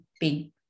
big